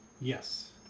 Yes